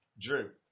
drew